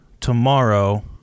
tomorrow